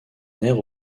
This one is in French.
nerf